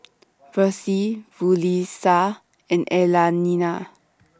Versie Yulissa and Elaina